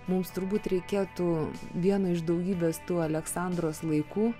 mums turbūt reikėtų vieno iš daugybės tų aleksandros laikų